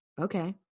okay